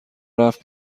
رفت